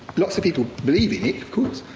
lots of people believe it, of course.